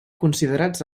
considerats